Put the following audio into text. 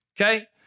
Okay